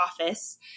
office